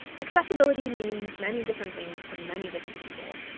accessibility means many different things to many different people.